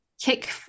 kick